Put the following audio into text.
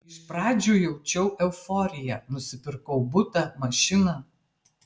iš pradžių jaučiau euforiją nusipirkau butą mašiną